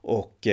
och